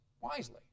wisely